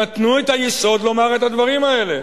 נתנו את היסוד לומר את הדברים האלה.